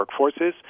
workforces